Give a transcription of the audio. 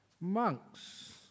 Monks